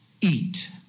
eat